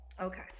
okay